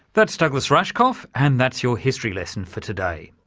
that's douglas rushkoff, and that's your history lesson for today.